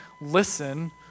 listen